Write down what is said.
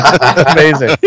Amazing